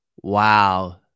Wow